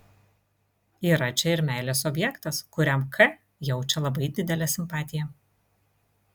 yra čia ir meilės objektas kuriam k jaučia labai didelę simpatiją